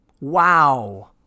Wow